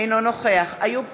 אינו נוכח איוב קרא,